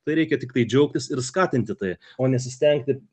tai reikia tiktai džiaugtis ir skatinti tai o nesistengti